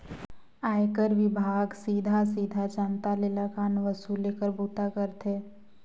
आयकर विभाग सीधा सीधा जनता ले लगान वसूले कर बूता करथे